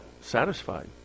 Satisfied